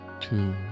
two